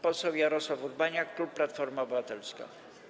Poseł Jarosław Urbaniak, klub Platforma Obywatelska.